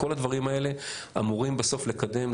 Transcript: כל הדברים אמורים בסוף לקדם,